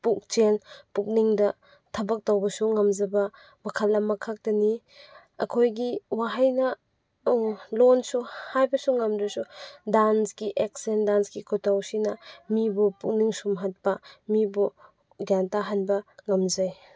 ꯄꯨꯛꯆꯦꯜ ꯄꯨꯛꯅꯤꯡꯗ ꯊꯕꯛ ꯇꯧꯕꯁꯨ ꯉꯝꯖꯕ ꯋꯥꯈꯜ ꯑꯃꯈꯛꯇꯅꯤ ꯑꯩꯈꯣꯏꯒꯤ ꯋꯥꯍꯩꯅ ꯂꯣꯟꯁꯨ ꯍꯥꯏꯕꯁꯨ ꯉꯝꯗ꯭ꯔꯁꯨ ꯗꯥꯟꯁꯀꯤ ꯑꯦꯛꯁꯟ ꯗꯥꯟꯁꯀꯤ ꯈꯨꯇꯧꯁꯤꯅ ꯃꯤꯕꯨ ꯄꯨꯛꯅꯤꯡ ꯁꯨꯝꯍꯠꯄ ꯃꯤꯕꯨ ꯒ꯭ꯌꯥꯟ ꯇꯥꯍꯟꯕ ꯉꯝꯖꯩ